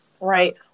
Right